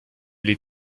les